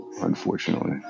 unfortunately